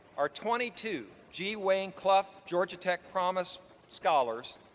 our twenty two g. wayne clough georgia tech promise scholars.